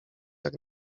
jak